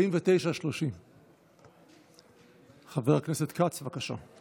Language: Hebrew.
30:49. חבר הכנסת כץ, בבקשה.